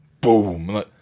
Boom